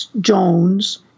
Jones